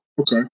Okay